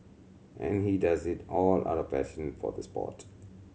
and he does it all out of passion for the sport